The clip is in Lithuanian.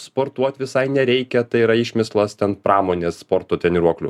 sportuot visai nereikia tai yra išmislas ten pramonės sporto treniruoklių